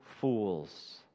fools